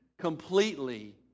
completely